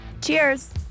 Cheers